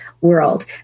world